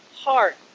heart